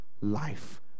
life